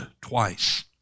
twice